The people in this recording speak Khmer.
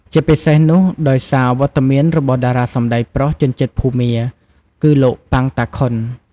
ជាពិសេសនោះដោយសារវត្តមានរបស់តារាសម្តែងប្រុសជនជាតិភូមា គឺលោក ប៉ាង តាខុន ។